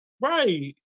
Right